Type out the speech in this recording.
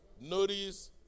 Notice